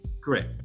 Correct